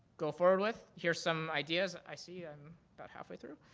go forward with. here's some ideas. i see i'm about halfway through.